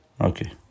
Okay